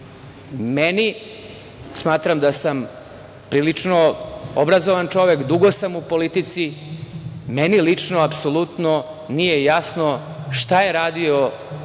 smatram da sam prilično obrazovan čovek, dugo sam u politici, ali meni lično apsolutno nije jasno šta je radio nadzor,